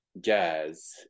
jazz